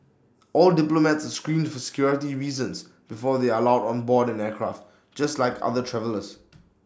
all diplomats are screened for security reasons before they are allowed on board an aircraft just like other travellers